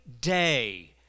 day